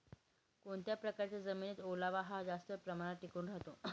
कोणत्या प्रकारच्या जमिनीत ओलावा हा जास्त प्रमाणात टिकून राहतो?